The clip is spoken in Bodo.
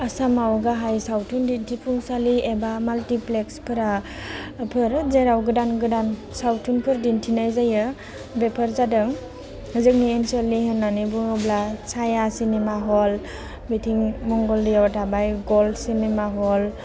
आसामाव गाहाय सावथुन दिन्थिफुंसालि एबा माल्टिप्लेक्सफोरा फोर जेराव गोदान गोदान सावथुनफोर दिन्थिनाय जायो बेफोर जादों जोंनि ओनसोलनि होननानै बुङोब्ला साया सिनेमा हल बेथिं मंगलदैआव थाबाय गल्ड सिनेमा हल